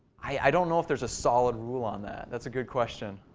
i don't know if there's a solid rule on that. that's a good question.